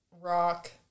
rock